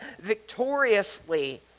victoriously